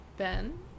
Ben